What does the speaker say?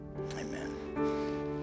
amen